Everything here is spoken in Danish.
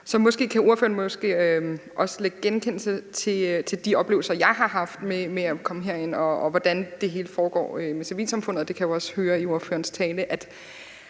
så måske kan ordføreren nikke genkendende til de oplevelser, jeg har haft med at komme herind, og hvordan det hele foregår med civilsamfundet. Det kan jeg også høre i ordførerens tale.